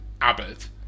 Abbott